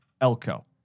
Elko